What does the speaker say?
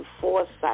foresight